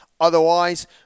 Otherwise